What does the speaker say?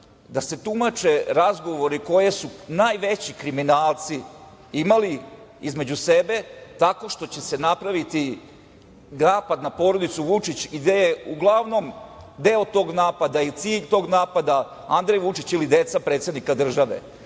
da se tumače razgovori koje su najveći kriminalci imali između sebe tako što će se napraviti napad na porodicu Vučić i gde je uglavnom i deo tog napada i cilj tog napada Andrej Vučić ili deca predsednika države. Ovo